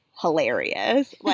hilarious